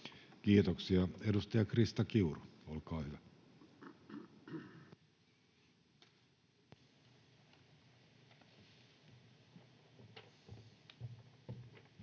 Kiitoksia. — Edustaja Kirsta Kiuru, olkaa hyvä.